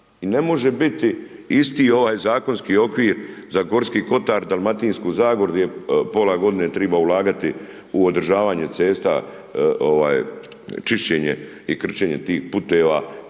i ne može biti isti ovaj zakonski okvir za Gorski kotar, Dalmatinsku Zagoru di pola godine triba ulagati u održavanje cesta, čišćenje i krčenje tih puteva,